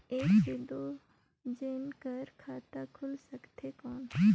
एक से दो जने कर खाता खुल सकथे कौन?